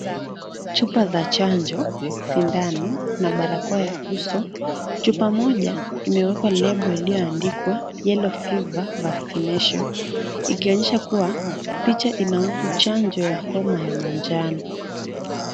Chupa za chanjo, sindano na barakoa ya uso, chupa moja imewekwa lebo iliyoandikwa yellow fever vaccination ikionyesha kuwa picha inahusu chanjo ya homa ya manjano.